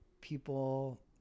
people